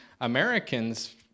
Americans